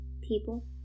People